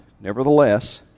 Nevertheless